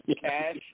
cash